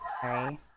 Sorry